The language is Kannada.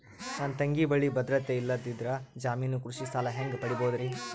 ನನ್ನ ತಂಗಿ ಬಲ್ಲಿ ಭದ್ರತೆ ಇಲ್ಲದಿದ್ದರ, ಜಾಮೀನು ಕೃಷಿ ಸಾಲ ಹೆಂಗ ಪಡಿಬೋದರಿ?